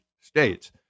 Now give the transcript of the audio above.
states